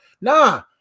Nah